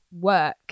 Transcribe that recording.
work